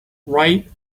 right